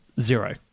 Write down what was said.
Zero